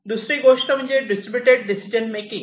दुसरी गोष्ट म्हणजे डिस्ट्रीब्यूटेड डिसिजन मेकिंग